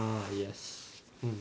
ah yes hmm